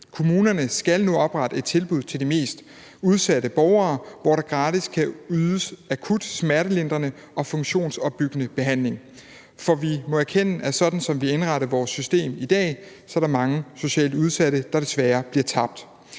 Kommunerne skal nu oprette et tilbud til de mest udsatte borgere, hvor der gratis kan ydes akut smertelindrende og funktionsopbyggende behandling, for vi må erkende, at sådan som vi har indrettet vores system i dag, er der mange socialt udsatte, der desværre bliver tabt.